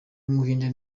w’umuhinde